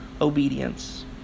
obedience